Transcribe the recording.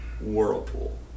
whirlpool